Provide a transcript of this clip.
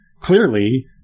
clearly